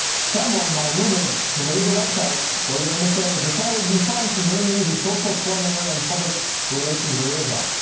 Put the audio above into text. someone, my roommate who made the website, for the msa, decided it would be fun to name me the social coordinator and public relations liaison.